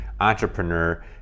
entrepreneur